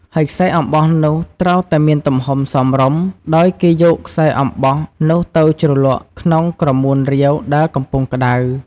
ហើយខ្សែអំបោះនោះត្រូវតែមានទំហំសមរម្យ ដោយគេយកខ្សែអំបោះនោះទៅជ្រលក់ក្នុងក្រមួនរាវដែលកំពុងក្ដៅ។